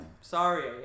Sorry